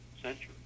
century